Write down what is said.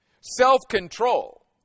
self-control